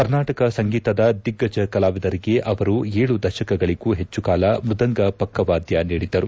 ಕರ್ನಾಟಕ ಸಂಗೀತದ ದಿಗ್ಗಜ ಕಲಾವಿದರಿಗೆ ಅವರು ಏಳು ದಶಕಗಳಗೂ ಹೆಚ್ಚು ಕಾಲ ಮೃದಂಗ ಪಕ್ಕವಾದ್ಯ ನೀಡಿದ್ದರು